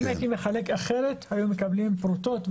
אם הייתי מחלק אחרת היו מקבלים פרוטות,